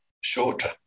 shorter